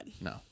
No